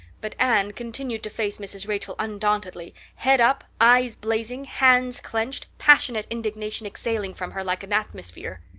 but anne continued to face mrs. rachel undauntedly, head up, eyes blazing, hands clenched, passionate indignation exhaling from her like an atmosphere.